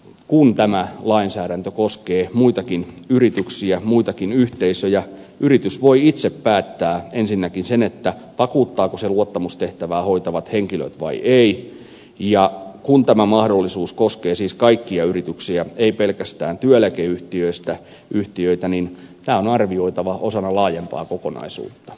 kun tämä lainsäädäntö koskee muitakin yrityksiä muitakin yhteisöjä niin yritys voi itse päättää ensinnäkin sen vakuuttaako se luottamustehtävää hoitavat henkilöt vai ei ja kun tämä mahdollisuus siis koskee kaikkia yrityksiä ei pelkästään työeläkeyhtiöitä niin tämä on arvioitava osana laajempaa kokonaisuutta